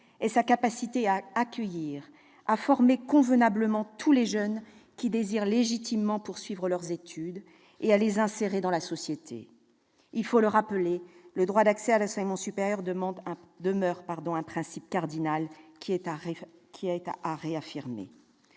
est sa capacité à accueillir, à former convenablement tous les jeunes qui désirent légitimement poursuivre leurs études et à les insérer dans la société. Il faut le rappeler, le droit d'accès à l'enseignement supérieur demeure un principe cardinal, qui est à réaffirmer.